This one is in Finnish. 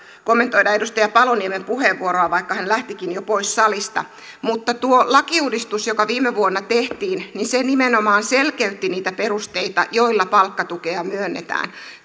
kommentoida edustaja paloniemen puheenvuoroa vaikka hän lähtikin jo pois salista tuo lakiuudistus joka viime vuonna tehtiin nimenomaan selkeytti niitä perusteita joilla palkkatukea myönnetään